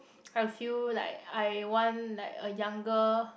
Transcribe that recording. I feel like I want like a younger